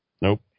nope